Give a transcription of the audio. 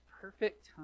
perfect